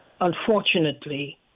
unfortunately